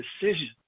decision